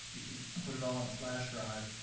you can put it all on a flash drive.